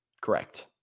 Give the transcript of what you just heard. Correct